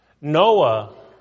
Noah